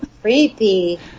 Creepy